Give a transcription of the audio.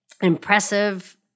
impressive